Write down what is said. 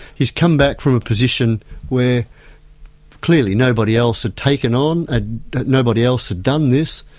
he's come back from a position where clearly nobody else had taken on, ah nobody else had done this,